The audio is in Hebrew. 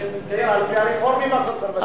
שמתגייר על-פי הרפורמים והקונסרבטיבים.